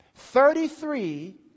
Thirty-three